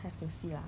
then is like